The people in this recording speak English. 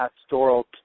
pastoral